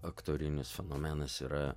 aktorinis fenomenas yra